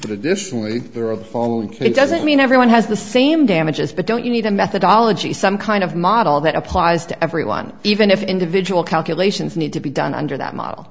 additionally for a phone call it doesn't mean everyone has the same damages but don't you need a methodology some kind of model that applies to everyone even if individual calculations need to be done under that model